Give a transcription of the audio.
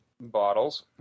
bottles